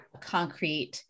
concrete-